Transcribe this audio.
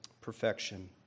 perfection